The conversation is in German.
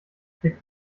trägt